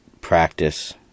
practice